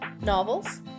novels